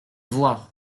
voir